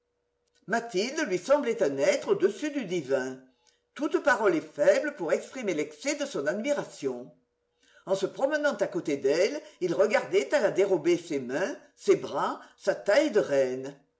mathilde lui semblait un être au-dessus du divin toute parole est faible pour exprimer l'excès de son admiration en se promenant à côté d'elle il regardait à la dérobée ses mains ses bras sa taille de reine